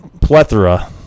plethora